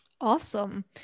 Awesome